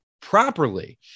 properly